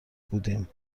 بودیم